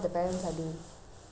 you know I cannot ask